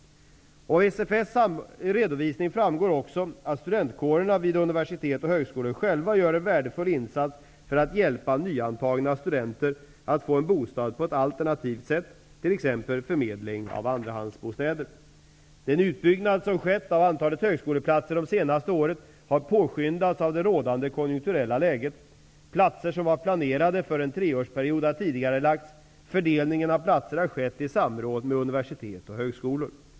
Av SFS redovisning framgår också att studentkårerna vid universitet och högskolor själva gör en värdefull insats för att hjälpa nyantagna studenter att få en bostad på ett alternativt sätt, t.ex. genom förmedling av andrahandsbostäder. Den utbyggnad som skett av antalet högskoleplatser det senaste året har påskyndats av det rådande konjunkturella läget. Platser som var planerade för en treårsperiod har tidigarelagts. Fördelningen av platser har skett i samråd med universitet och högskolor.